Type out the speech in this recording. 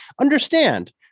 understand